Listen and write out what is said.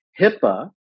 HIPAA